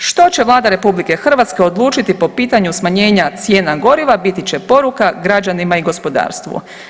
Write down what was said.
Što će Vlada RH odlučiti po pitanju smanjenja cijena goriva biti će poruka građanima i gospodarstvu.